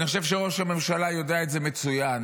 אני חושב שראש הממשלה יודע את זה מצוין,